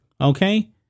Okay